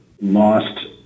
Lost